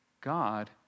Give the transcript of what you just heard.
God